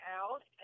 out